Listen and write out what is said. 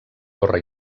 torre